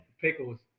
Pickles